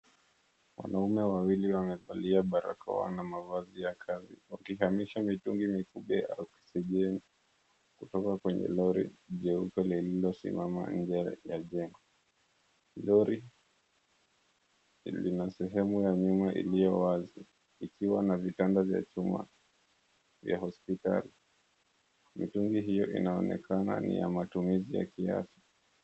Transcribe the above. Wanaume wawili wamevalia barakoa na mavazi ya kazi wakihamisha mitungi mikubwa ya oxygen kutoka kwenye lori jeupe lililosimama nje ya jengo. Lori lina sehemu ya nyuma iliyo wazi ikiwa na vitanda vya chuma vya hospitali. Mitungi hiyo inaonekana ni ya matumizi ya kiafya.